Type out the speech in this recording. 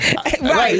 Right